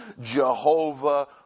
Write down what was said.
Jehovah